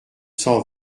cent